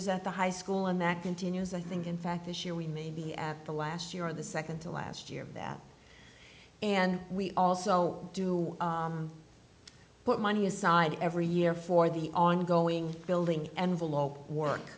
s at the high school and that continues i think in fact this year we may be at the last year of the second to last year that and we also do put money aside every year for the ongoing building envelope